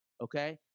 okay